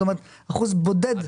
זאת אומרת אחוז בודד לא.